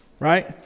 right